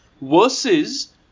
versus